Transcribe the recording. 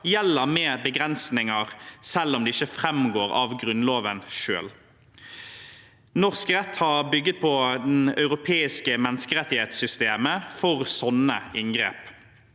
gjelder med begrensninger, selv om det ikke framgår av Grunnloven selv. Norsk rett har bygget på det europeiske menneskerettighetssystemet for sånne inngrep.